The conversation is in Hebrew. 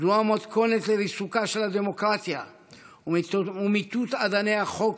המתכונת לריסוקה של הדמוקרטיה ומיטוט אדני החוק,